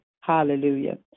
hallelujah